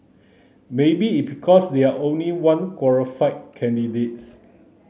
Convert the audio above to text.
maybe it because there are only one qualified candidates